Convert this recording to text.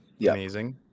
Amazing